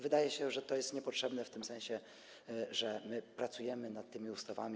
Wydaje się, że to jest niepotrzebne w tym sensie, że pracujemy nad tymi ustawami.